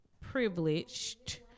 privileged